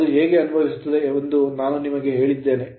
ಅದು ಹೇಗೆ ಅನುಭವಿಸುತ್ತದೆ ಎಂದು ನಾನು ನಿಮಗೆ ಹೇಳಿದ್ದೇನೆ